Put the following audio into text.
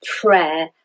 prayer